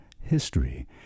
history